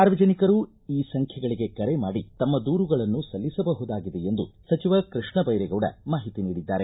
ಸಾರ್ವಜನಿಕರು ಈ ಸಂಖ್ಯೆಗೆ ಕರೆ ಮಾಡಿ ತಮ್ಮ ದೂರುಗಳನ್ನು ಸಲ್ಲಿಸಬಹುದಾಗಿದೆ ಎಂದು ಸಚಿವ ಕೃಷ್ಣ ಬೈರೇಗೌಡ ಮಾಹಿತಿ ನೀಡಿದ್ದಾರೆ